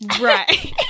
Right